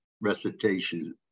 recitation